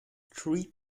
treat